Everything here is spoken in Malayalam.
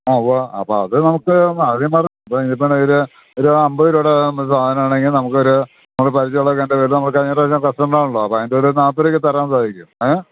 ആ ഉവ്വ് അപ്പോള് അത് നമുക്ക് അതി ഇന്നിപ്പോഴാണെങ്കില് ഒരു അമ്പത് രൂപയുടെ ഒരു സാധനമാണെങ്കില് നമുക്കൊരു നമുക്ക് പരിചയമൊക്കെയുള്ളതിൻ്റെ പേരിൽ നമുക്കറിയാവുന്ന കസ്റ്റമറാണല്ലോ അപ്പോഴതിൻ്റെയൊരു നാല്പതു രൂപയുക്കു തരാന് സാധിക്കും ഏ